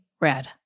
red